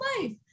life